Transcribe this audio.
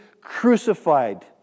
crucified